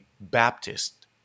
Baptist